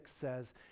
says